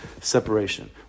separation